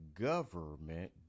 government